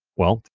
well,